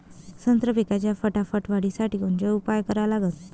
संत्रा पिकाच्या फटाफट वाढीसाठी कोनचे उपाव करा लागन?